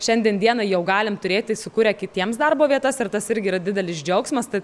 šiandien dienai jau galim turėti sukūrę kitiems darbo vietas ir tas irgi yra didelis džiaugsmas tad